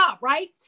right